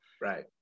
Right